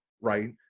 right